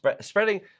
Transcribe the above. spreading